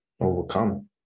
overcome